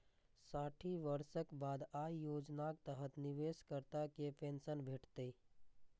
साठि वर्षक बाद अय योजनाक तहत निवेशकर्ता कें पेंशन भेटतै